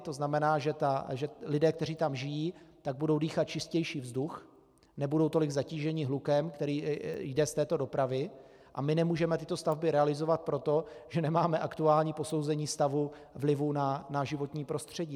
To znamená, že lidé, kteří tam žijí, budou dýchat čistější vzduch, nebudou tolik zatíženi hlukem, který jde z této dopravy a my nemůžeme tyto stavby realizovat proto, že nemáme aktuální posouzení stavu vlivu na životní prostředí.